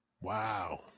Wow